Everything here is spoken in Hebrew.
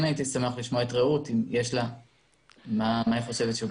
כן הייתי שמח לשמוע את רעות, מה היא חושבת בנושא.